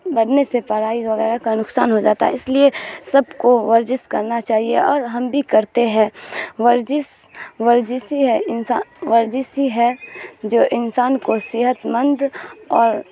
بڑھنے سے پڑھائی وغیرہ کا نقصان ہو جاتا ہے اس لیے سب کو ورجش کرنا چاہیے اور ہم بھی کرتے ہیں ورجش ورجسی ہے انسا ورجش ہے جو انسان کو صحت مند اور